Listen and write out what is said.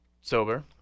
sober